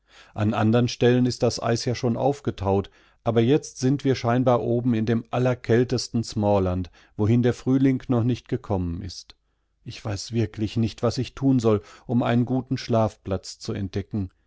daßwirineinlandgekommensind wodieseenundsümpfezugefroren sind sodaßderfuchsüberallhinkommenkann anandernstellenistdaseis ja schon aufgetaut aber jetzt sind wir scheinbar oben in dem allerkältesten smaaland wohin der frühling noch nicht gekommen ist ich weiß wirklich nicht was ich tun soll um einen guten schlafplatz zu entdecken